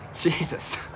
Jesus